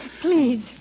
please